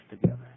together